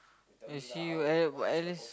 as you at but at least